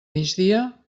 migdia